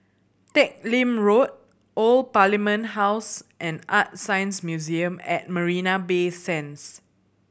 Teck Lim Road Old Parliament House and ArtScience Museum at Marina Bay Sands